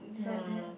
no